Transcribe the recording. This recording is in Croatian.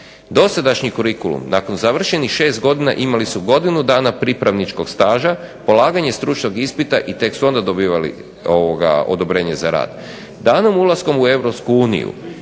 Dosadašnji kurikulum nakon završenih šest godina imali su godinu dana pripravničkog staža, polaganje stručnog ispita i tek su onda dobivali odobrenje za rad. Danom ulaska u Europsku uniju